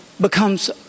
becomes